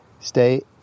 Stay